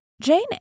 Jane